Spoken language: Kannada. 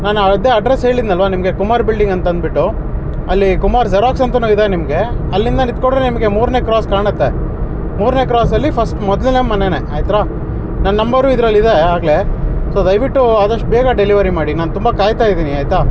ನಾನು ಅದೇ ಅಡ್ರೆಸ್ಸ್ ಹೇಳಿದ್ದೆನಲ್ವಾ ನಿಮಗೆ ಕುಮಾರ್ ಬಿಲ್ಡಿಂಗ್ ಅಂತ ಅಂದುಬಿಟ್ಟು ಅಲ್ಲಿ ಕುಮಾರ್ ಜೆರಾಕ್ಸ್ ಅಂತನೂ ಇದೆ ನಿಮಗೆ ಅಲ್ಲಿಂದ ನಿಂತ್ಕೊಂಡ್ರೆ ನಿಮಗೆ ಮೂರನೇ ಕ್ರಾಸ್ ಕಾಣುತ್ತೆ ಮೂರನೇ ಕ್ರಾಸಲ್ಲಿ ಫಸ್ಟ್ ಮೊದಲ್ನೇ ಮನೆನೇ ಆಯ್ತಾ ನನ್ನ ನಂಬರೂ ಇದ್ರಲ್ಲೇ ಇದೆ ಆಗಲೇ ಸೊ ದಯವಿಟ್ಟು ಆದಷ್ಟು ಬೇಗ ಡೆಲಿವರಿ ಮಾಡಿ ನಾನು ತುಂಬ ಕಾಯ್ತಾ ಇದ್ದೀನಿ ಆಯಿತಾ